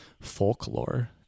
folklore